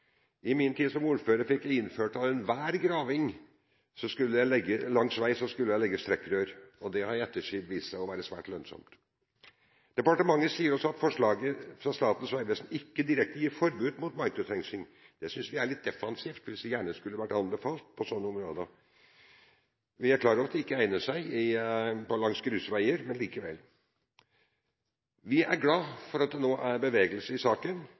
I min tid som ordfører fikk vi innført at ved enhver graving langs vei skulle det legges trekkrør, og det har i ettertid vist seg å være svært lønnsomt. Departementet sier også at forslaget fra Statens vegvesen ikke direkte gir forbud mot «microtrenching». Det synes vi er litt defensivt, vi synes det gjerne skulle vært anbefalt på sånne områder. Vi er klar over at det ikke egner seg langs grusveier, men likevel. Vi er glad for at det nå er bevegelse i saken,